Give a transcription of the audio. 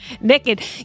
Naked